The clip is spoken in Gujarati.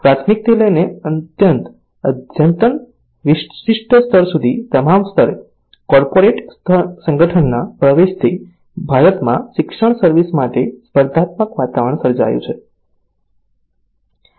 પ્રાથમિકથી લઈને અત્યંત અદ્યતન વિશિષ્ટ સ્તર સુધી તમામ સ્તરે કોર્પોરેટ સંગઠનના પ્રવેશથી ભારતમાં શિક્ષણ સર્વિસ માટે સ્પર્ધાત્મક વાતાવરણ સર્જાયું છે